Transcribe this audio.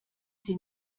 sie